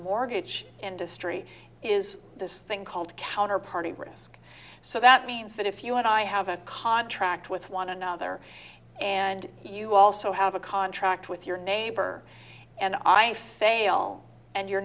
mortgage industry is this thing called counterparty risk so that means that if you and i have a contract with one another and you also have a contract with your neighbor and i fail and your